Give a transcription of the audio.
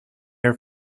are